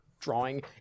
drawing